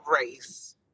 race